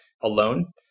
alone